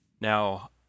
Now